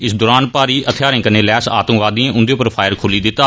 इस दौरान भारी हथियारे कन्नै लैस आतंकवादिए उंदे पर फायर खोली दिता